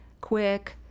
quick